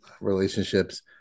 relationships